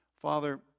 Father